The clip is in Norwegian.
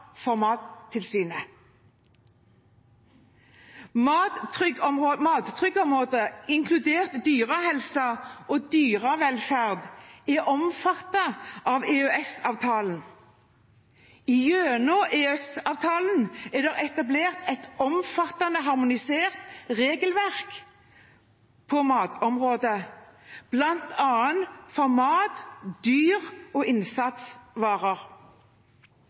for Mattilsynet. Mattrygghetsområdet, inkludert dyrehelse og dyrevelferd, er omfattet av EØS-avtalen. Gjennom EØS-avtalen er det etablert et omfattende harmonisert regelverk på matområdet, bl.a. for mat, dyr og innsatsvarer.